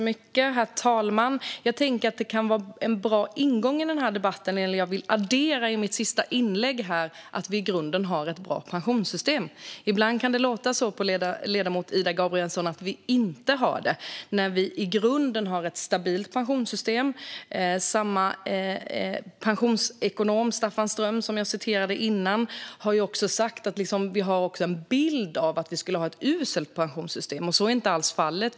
Herr talman! En bra ingång i den här debatten och något jag gärna vill addera i mitt sista inlägg här är att vi i grunden har ett bra pensionssystem. Ibland kan det på Ida Gabrielsson låta som om vi inte har det, men i grunden har vi ett stabilt pensionssystem. Samma pensionsekonom, Staffan Ström, som jag citerade tidigare har också sagt att vi har en bild av att vi skulle ha ett uselt pensionssystem, men så är inte alls fallet.